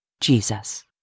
Jesus